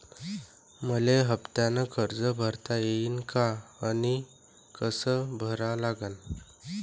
मले हफ्त्यानं कर्ज भरता येईन का आनी कस भरा लागन?